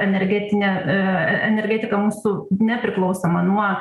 energetine energetika mūsų nepriklausoma nuo